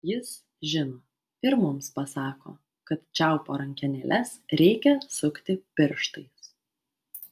jis žino ir mums pasako kad čiaupo rankenėles reikia sukti pirštais